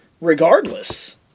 Regardless